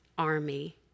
Army